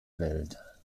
welt